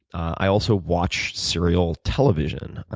i also watch serial television,